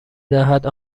دهد